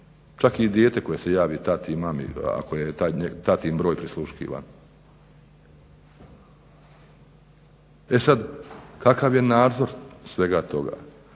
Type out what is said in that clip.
čak i dijete koje se javi tati i mami, ako je tatin broj prisluškivan. E sad, kakav je nadzor svega toga,